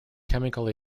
chemicals